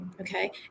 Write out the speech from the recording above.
okay